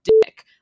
dick